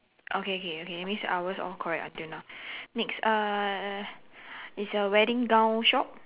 okay okay okay that means ours all correct until now next uh it's a wedding gown shop